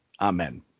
amen